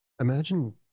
Imagine